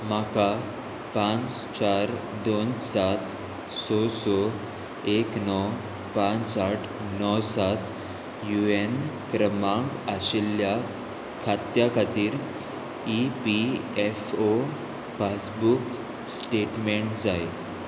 म्हाका पांच चार दोन सात स स एक णव पांच आठ णव सात यु एन क्रमांक आशिल्ल्या खात्या खातीर E P F O passbook statement जाय